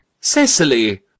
cecily